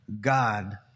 God